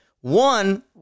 One